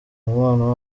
umubano